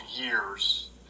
years